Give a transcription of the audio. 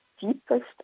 deepest